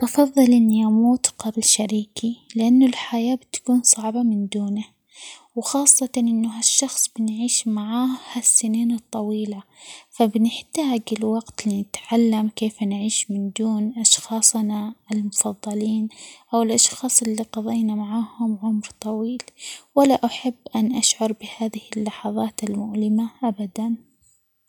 أفضل إني أموت قبل شريكي ؛ لأنه الحياة بتكون صعبة من دونه، وخاصة أنه هالشخص بنعيش معاه هالسنين الطويلة، فبنحتاج الوقت لنتعلم كيف نعيش من دون أشخاصنا المفضلين، أو الاشخاص اللي قضينا معاهم عمر طويل ، ولا أحب أن أشعر بهذه اللحظات المؤلمة أبدًا.